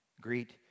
Greet